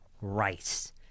rice